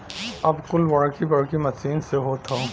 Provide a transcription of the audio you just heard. अब कुल बड़की बड़की मसीन से होत हौ